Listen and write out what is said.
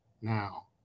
now